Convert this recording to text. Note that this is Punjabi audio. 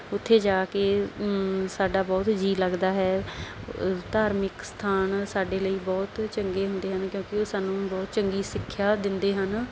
ਉੱਥੇ ਜਾ ਕੇ ਸਾਡਾ ਬਹੁਤ ਜੀ ਲੱਗਦਾ ਹੈ ਧਾਰਮਿਕ ਅਸਥਾਨ ਸਾਡੇ ਲਈ ਬਹੁਤ ਚੰਗੇ ਹੁੰਦੇ ਹਨ ਕਿਉਂਕਿ ਉਹ ਸਾਨੂੰ ਬਹੁਤ ਚੰਗੀ ਸਿੱਖਿਆ ਦਿੰਦੇ ਹਨ